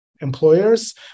employers